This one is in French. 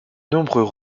nombreux